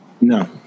No